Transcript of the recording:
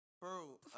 Bro